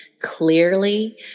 clearly